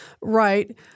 right